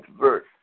verse